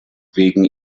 wegen